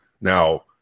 Now